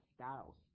styles